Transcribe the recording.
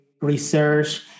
research